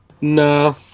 No